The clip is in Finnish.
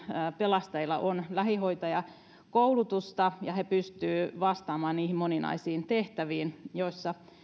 pelastajilla on lähihoitajakoulutusta ja he pystyvät vastaamaan niihin moninaisiin tehtäviin joissa